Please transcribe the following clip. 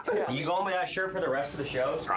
you going with that shirt for the rest of the shows?